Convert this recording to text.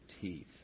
teeth